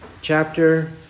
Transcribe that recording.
chapter